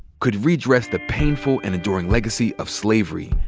could redress the painful and enduring legacy of slavery,